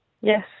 Yes